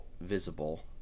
visible